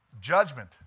Judgment